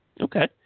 Okay